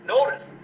Notice